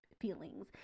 feelings